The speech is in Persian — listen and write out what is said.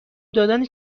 دادن